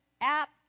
app